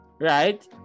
right